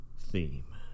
theme